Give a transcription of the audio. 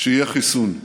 שיהיה חיסון.